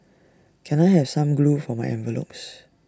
can I have some glue for my envelopes